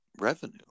revenue